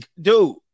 dude